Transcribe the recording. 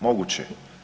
Moguće.